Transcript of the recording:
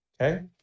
Okay